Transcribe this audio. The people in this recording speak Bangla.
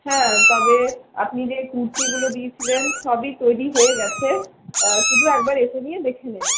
হ্যাঁ তবে আপনি যে কুর্তিগুলো দিয়েছিলেন সবই তৈরি হয়ে গেছে শুধু একবার এসে নিয়ে দেখে নেবেন